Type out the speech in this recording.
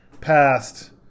passed